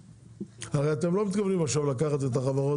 הרי אתם לא מתכוונים עכשיו לקחת את החברות,